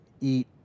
eat